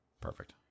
Perfect